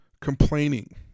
complaining